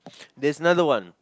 there's another one